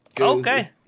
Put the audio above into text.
Okay